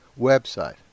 website